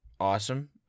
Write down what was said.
awesome